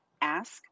ask